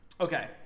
Okay